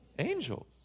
Angels